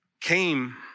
Came